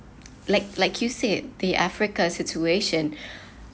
like like you said the africa situation